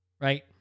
right